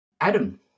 Adam